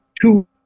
two